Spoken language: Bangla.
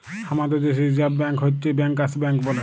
হামাদের দ্যাশে রিসার্ভ ব্ব্যাঙ্ক হচ্ছ ব্যাংকার্স ব্যাঙ্ক বলে